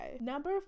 number